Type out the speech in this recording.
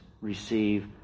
receive